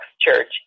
Church